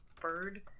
bird